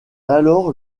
alors